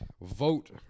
vote